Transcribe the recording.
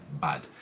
bad